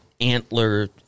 antler